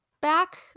back